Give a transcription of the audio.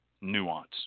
nuance